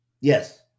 Yes